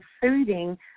soothing